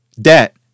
debt